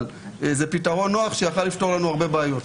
זה פתרון נוח שהיה יכול לפתור לנו הרבה בעיות.